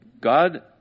God